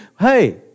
Hey